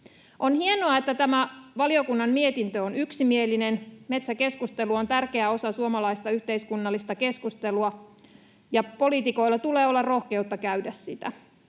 On hienoa, että tämä valiokunnan mietintö on yksimielinen. Metsäkeskustelu on tärkeä osa suomalaista yhteiskunnallista keskustelua, ja poliitikoilla tulee olla rohkeutta käydä sitä.